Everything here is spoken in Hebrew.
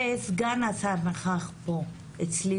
וכשסגן השר נכח פה אצלי